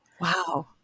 Wow